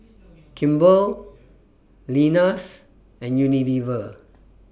Kimball Lenas and Unilever